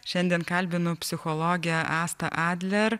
šiandien kalbinu psichologę astą adler